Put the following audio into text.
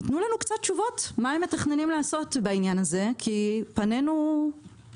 ייתנו לנו קצת תשובות מה הם מתכננים לעשות בעניין הזה כי הפנים שלנו הם